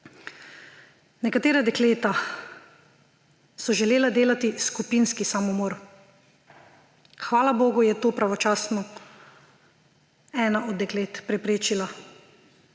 Nekatera dekleta so želela delati skupinski samomor. Hvala bogu je to pravočasno ena od deklet preprečila